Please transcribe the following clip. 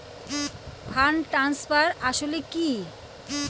Fund transfer আসলে কী?